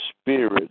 spirit